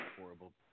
horrible